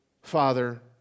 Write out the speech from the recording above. Father